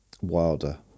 Wilder